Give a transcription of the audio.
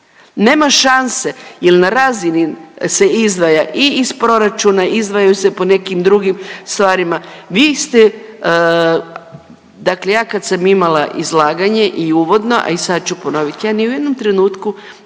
nema šanse jer na razini se izdvaja i iz proračuna, izdvaja se po nekim drugim stvarima. Vi ste dakle ja kad sam imala izlaganje i uvodno, a i sad ću ponovit, ja ni u jednom trenutku